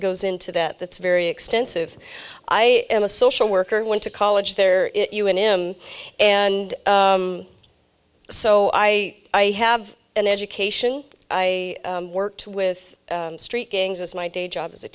goes into that that's very extensive i am a social worker went to college there you and him and so i have an education i worked with street gangs as my day job as a